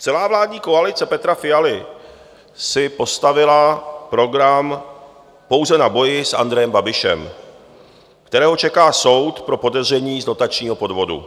Celá vládní koalice Petra Fialy si postavila program pouze na boji s Andrejem Babišem, kterého čeká soud pro podezření z dotačního podvodu.